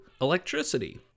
electricity